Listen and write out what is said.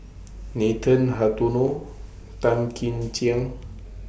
Nathan Hartono Tan Kim Ching